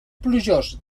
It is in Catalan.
plujós